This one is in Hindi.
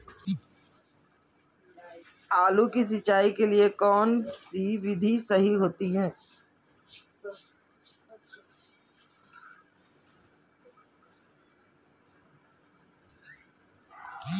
आलू की सिंचाई के लिए कौन सी विधि सही होती है?